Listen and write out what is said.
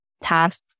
tasks